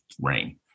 Rain